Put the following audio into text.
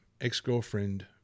Ex-girlfriend